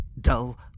dull